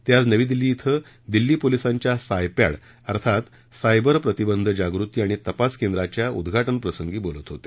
ते आज नवी दिल्ली इथं दिल्ली पोलीसांच्या सायपद्वी अर्थात सायबर प्रतिबंध जागृती आणि तपास केंद्राच्या उद्घाटनप्रसंगी बोलत होते